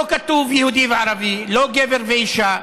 לא כתוב יהודי וערבי, לא גבר ואישה,